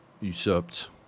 usurped